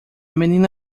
menina